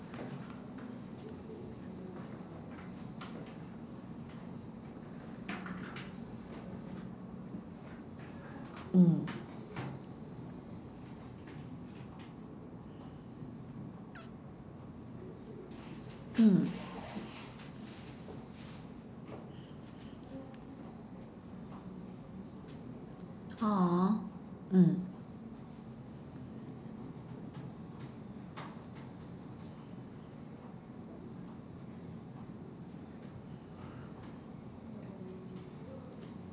mm mm !aww! mm